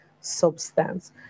substance